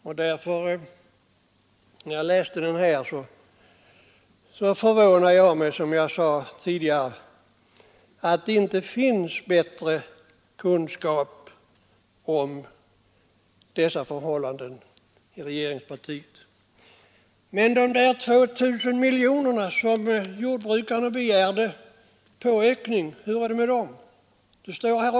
När jag läste annonsen blev jag — som jag sade tidigare — förvånad över att det inte finns bättre kunskap om dessa förhållanden i regeringspartiet. Men hur är det med de där 2 000 miljonerna som jordbrukarna begärde i ”påökt”, som det också skrivs om här?